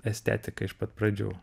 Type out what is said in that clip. estetiką iš pat pradžių